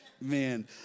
Man